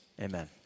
amen